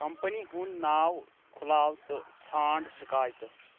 company ہُند ناو کھلاو تہٕ ژھانٛڈ شِکایتہٕ